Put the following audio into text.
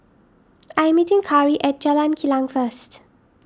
I am meeting Khari at Jalan Kilang first